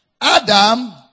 Adam